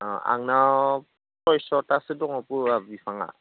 अ आंनाव सयस'थासो दं गलाप बिफांआ